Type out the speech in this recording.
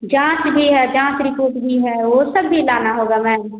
जाँच भी है जाँच रिपोर्ट भी है वह सब भी लाना होगा मैम